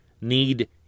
need